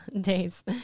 Days